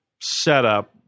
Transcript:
setup